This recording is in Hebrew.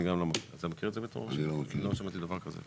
אני לא שמעתי על דבר כזה.